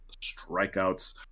strikeouts